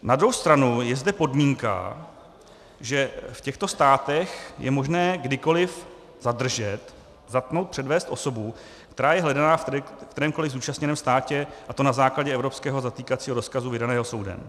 Na druhou stranu je zde podmínka, že v těchto státech je možno kdykoliv zadržet, zatknout, předvést osobu, která je hledaná v kterémkoliv zúčastněném státě, a to na základě evropského zatýkacího rozkazu vydaného soudem.